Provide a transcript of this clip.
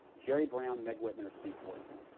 jerry brown, meg whitman, or steve poizner.